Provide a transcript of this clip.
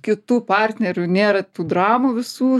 kitu partneriu nėra tų dramų visų